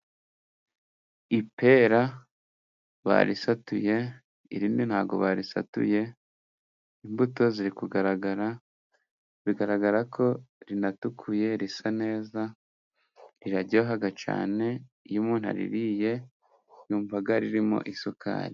Ipera barisatuye irindi ntibarisatuye, imbuto ziri kugaragara bigaragara ko rinatukuye risa neza. Riraryoyoha cyane, iyo umuntu wririye yumva ririmo isukari.